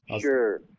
Sure